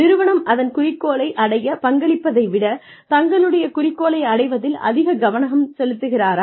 நிறுவனம் அதன் குறிக்கோளை அடைய பங்களிப்பதை விட தங்களுடைய குறிக்கோளை அடைவதில் அதிக கவனம் செலுத்துகிறாரா